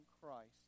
Christ